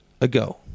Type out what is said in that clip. ago